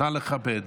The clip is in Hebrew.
נא לכבד.